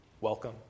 welcome